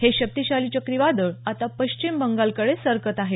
हे शक्तीशाली चक्रीवादळ आता पश्चिम बंगालकडे सरकत आहे